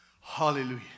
Hallelujah